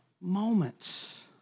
moments